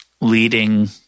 leading